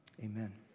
Amen